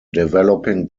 developing